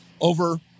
over